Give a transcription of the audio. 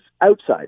outside